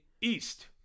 East